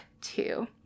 two